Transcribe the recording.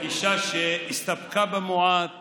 אישה שהסתפקה במועט